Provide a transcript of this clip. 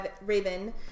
Raven